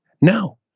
No